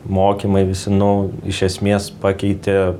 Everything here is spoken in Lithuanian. mokymai visi nu iš esmės pakeitė